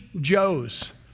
joes